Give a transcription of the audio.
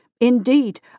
Indeed